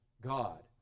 God